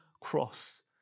cross